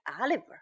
Oliver